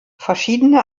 verschiedene